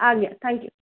ଆଜ୍ଞା ଥ୍ୟାଙ୍କ୍ୟୁ